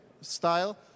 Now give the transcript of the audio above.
style